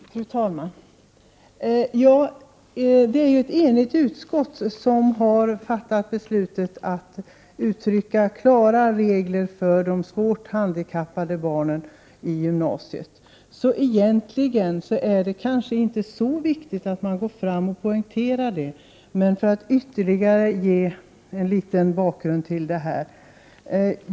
Fru talman! Det är ju ett enigt utskott som fattat beslut om att uttrycka klara regler för de svårt handikappade eleverna i gymnasiet. Därför är det egentligen kanske inte så viktigt att poängtera detta, men för att ge ytterligare bakgrund vill jag anföra följande.